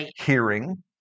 hearing